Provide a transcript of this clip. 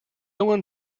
one